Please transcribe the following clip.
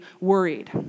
worried